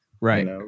Right